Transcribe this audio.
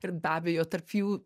ir be abejo tarp jų